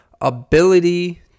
ability